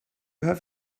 have